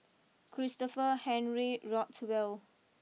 Christopher Henry Rothwell